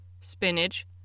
spinach